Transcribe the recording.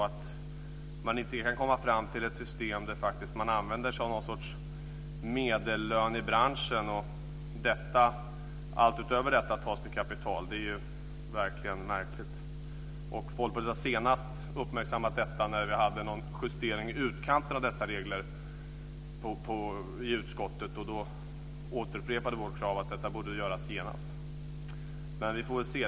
Att man inte kan komma fram till ett system där man använder sig av någon sorts medellön i branschen och allt utöver detta tas till kapital är verkligen märkligt. Folkpartiet har senast uppmärksammat detta då utskottet gjorde någon justering i utkanten av dessa regler. Vi upprepade då vårt krav att detta borde göras genast. Men vi får väl se.